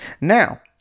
Now